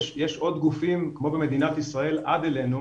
יש עוד גופים כמו במדינת ישראל עד אלינו,